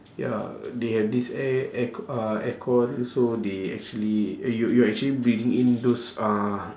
ya they have this air air c~ uh aircon so they actually you're you're actually breathing in those uh